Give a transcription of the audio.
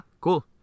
Cool